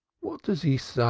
what says he?